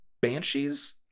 Banshees